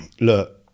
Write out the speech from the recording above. look